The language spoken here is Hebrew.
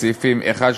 סעיפים 1,